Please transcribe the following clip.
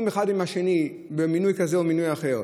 אחד עם השני במינוי כזה או במינוי אחר.